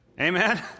Amen